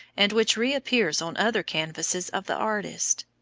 and which reappears on other canvases of the artist.